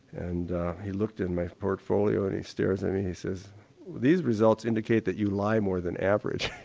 and he looked at my portfolio and he stares and he he says these results indicate that you lie more than average.